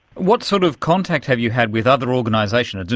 what sort of contact have you had with other organisations,